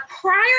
prior